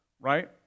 right